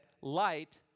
light